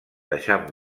deixant